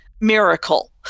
miracle